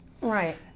Right